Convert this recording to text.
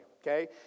Okay